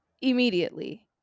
immediately